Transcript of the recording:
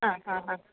ആ ആ ആ